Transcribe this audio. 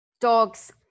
dogs